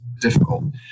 difficult